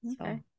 okay